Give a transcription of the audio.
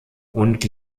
und